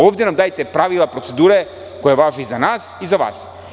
Ovde nam dajte pravila procedure koja važe i za vas i za nas.